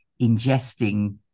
ingesting